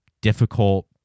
difficult